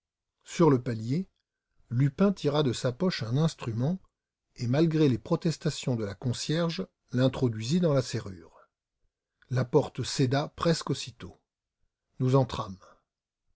sur le palier lupin tira de sa poche un instrument et malgré les protestations de la concierge l'introduisit dans la serrure la porte céda presque aussitôt nous